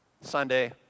Sunday